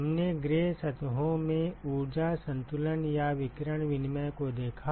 हमने ग्रे सतहों में ऊर्जा संतुलन या विकिरण विनिमय को देखा